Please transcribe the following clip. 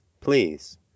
Please